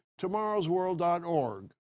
tomorrowsworld.org